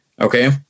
Okay